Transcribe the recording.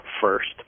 first